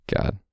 God